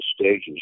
stages